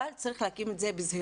אבל צריך לעשות את זה בזהירות,